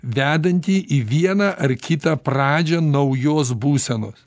vedantį į vieną ar kitą pradžią naujos būsenos